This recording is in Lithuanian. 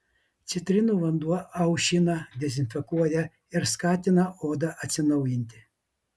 citrinų vanduo aušina dezinfekuoja ir skatina odą atsinaujinti